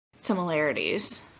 similarities